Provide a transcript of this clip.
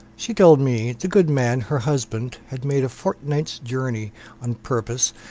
she told me the good man, her husband, had made a fortnight's journey on purpose,